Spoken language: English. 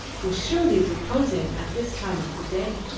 was surely reposing at this time of the day.